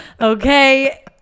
Okay